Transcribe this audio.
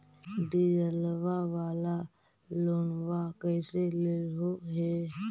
डीजलवा वाला लोनवा कैसे लेलहो हे?